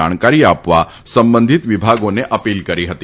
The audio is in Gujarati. જાણકારી આપવા સંબંધીત વિભાગોને અપીલ કરી હતી